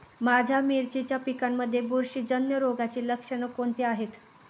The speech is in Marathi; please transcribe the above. माझ्या मिरचीच्या पिकांमध्ये बुरशीजन्य रोगाची लक्षणे कोणती आहेत?